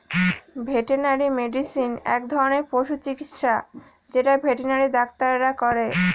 veterinary medicine এক ধরনের পশু চিকিৎসা যেটা ভেটেনারি ডাক্তাররা করে